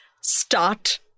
start